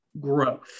growth